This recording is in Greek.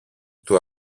του